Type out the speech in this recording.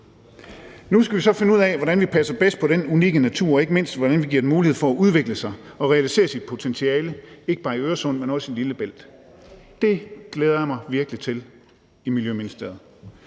Nu skal vi så finde ud af, hvordan vi passer bedst på den unikke natur, og ikke mindst, hvordan vi giver den mulighed for at udvikle sig og realisere sit potentiale, ikke bare i Øresund, men også i Lillebælt. Det glæder jeg mig virkelig til i Miljøministeriet.